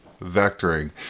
vectoring